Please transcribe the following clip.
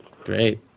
Great